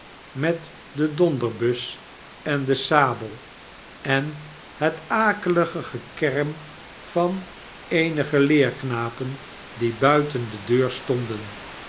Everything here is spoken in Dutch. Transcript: met de donderbus en de sabel en het akelige gekerm van eenige leerknapen die buiten de deur stonden